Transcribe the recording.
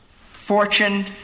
fortune